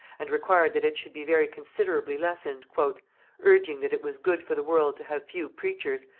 and required that it should be very considerably lessened, urging that it was good for the world to have few preachers,